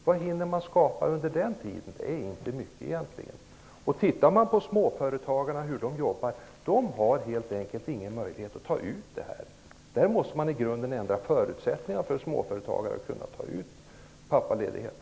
Vad hinner de skapa under den tiden? Inte mycket. Se på hur småföretagarna jobbar. De har helt enkelt ingen möjlighet att ta ut dessa dagar. Förutsättningarna för småföretagare måste ändras i grunden så att de kan ta ut pappaledighet.